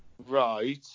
Right